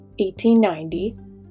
1890